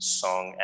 song